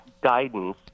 guidance